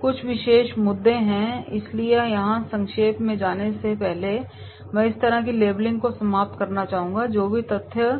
कुछ विशेष मुद्दे हैं इसलिए यहाँ संक्षेप में जाने से पहले मैं एक तरह से लेबलिंग को समाप्त करना चाहूंगा जो भी तथ्य